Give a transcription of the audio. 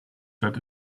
set